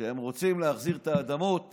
שהם רוצים להחזיר את האדמות